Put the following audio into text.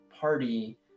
party